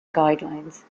guidelines